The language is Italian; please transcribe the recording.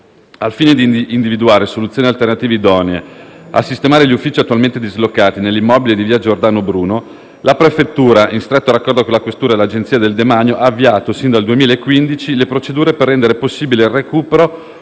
Al fine di individuare soluzioni alternative idonee a sistemare gli uffici attualmente dislocati nell'immobile di via Giordano Bruno, la prefettura, in stretto raccordo con la questura e l'Agenzia del demanio, ha avviato, fin dal 2015, le procedure per rendere possibile il recupero,